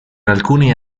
alcuni